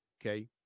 Okay